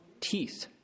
teeth